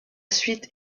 suite